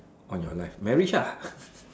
on your left marriage lah